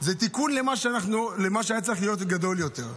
הוא תיקון למה שהיה צריך להיות גדול יותר.